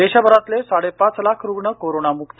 देशभरातले साडे पाच लाख रुग्ण कोरोनामुक्त